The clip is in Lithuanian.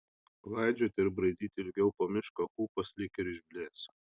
klaidžioti ir braidyti ilgiau po mišką ūpas lyg ir išblėso